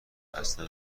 اصلا